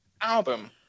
Album